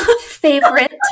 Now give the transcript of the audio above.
favorite